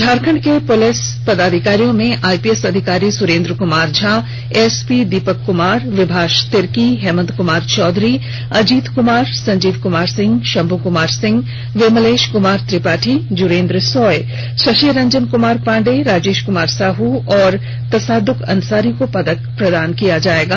झारखंड के पुलिस पदाधिकारियों में आइपीएस अधिकारी सुरेंद्र कुमार झा एएसर्पी दीपक कुमार विभाष तिर्की हेमंत कुमार चौधरी अजीत कुमार संजीव कुमार सिंह संगू कुमार सिंह विमलेश कुमार त्रिपाठी जुरेंद्र सोय शशि रंजन कुमार पांडे राजेश कुमार साह और तसादुक अंसारी को पदक प्रदान किया जायेगा